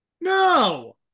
No